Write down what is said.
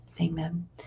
amen